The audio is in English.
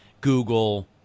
Google